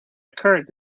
occurred